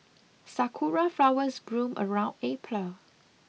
sakura flowers bloom around April